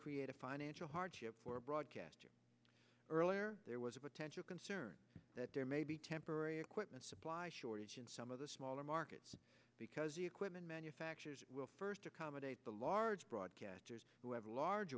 create a financial hardship for broadcasters earlier there was a potential concern that there may be temporary equipment supply shortage in some of the smaller markets because the equipment manufacturers will first accommodate the large broadcasters who have large